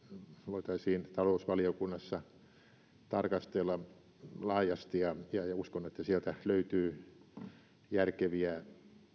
voitaisiin talousvaliokunnassa tarkastella laajasti ja uskon että sieltä löytyy järkeviä